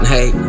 Hey